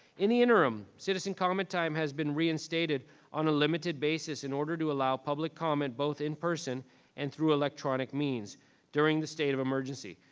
in the interim, citizen comment time has been reinstated on a limited basis in order to allow public comment, both in-person and through electronic means during the state of emergency.